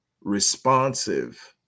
responsive